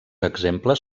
exemples